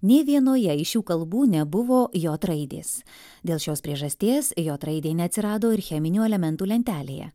nė vienoje iš šių kalbų nebuvo jot raidės dėl šios priežasties jot raidei neatsirado ir cheminių elementų lentelėje